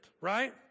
right